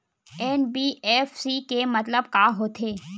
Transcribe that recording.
NBFC के मतलब का होथे?